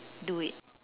do it